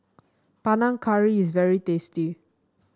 Panang Curry is very tasty